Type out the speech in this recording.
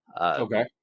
Okay